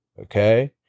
okay